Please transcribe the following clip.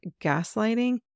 gaslighting